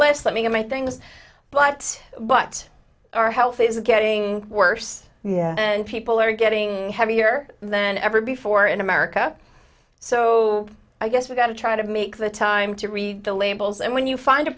list let me get my things but but our health is getting worse and people are getting heavier than ever before in america so i guess we're going to try to make the time to read the labels and when you find a